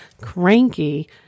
cranky